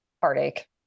heartache